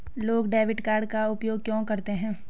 लोग debit card का उपयोग क्यों करते हैं?